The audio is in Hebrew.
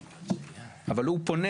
אבל הוא פונה